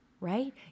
right